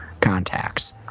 contacts